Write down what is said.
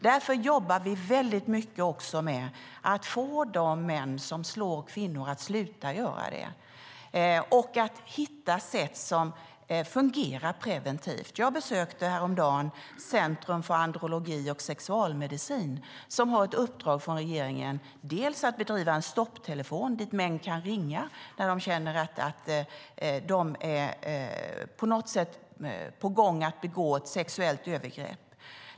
Därför jobbar vi mycket med att få de män som slår kvinnor att sluta göra det och att hitta sätt som fungerar preventivt. Jag besökte häromdagen Centrum för Andrologi och Sexualmedicin, som har ett uppdrag från regeringen att bland annat ha en stopptelefon, dit män kan ringa när de känner att de på något sätt är på gång att begå ett sexuellt övergrepp.